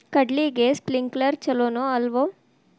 ಕಡ್ಲಿಗೆ ಸ್ಪ್ರಿಂಕ್ಲರ್ ಛಲೋನೋ ಅಲ್ವೋ?